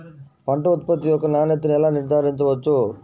పంట ఉత్పత్తి యొక్క నాణ్యతను ఎలా నిర్ధారించవచ్చు?